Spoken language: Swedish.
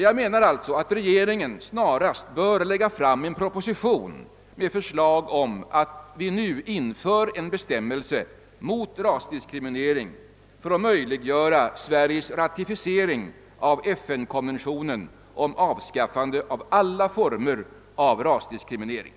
Jag anser att regeringen snarast bör lägga fram en proposition med förslag om att vi nu inför en bestämmelse mot rasdiskriminering för att möjliggöra Sveriges ratificering av FN-konventionen om avskaffande av alla former av rasdiskriminering.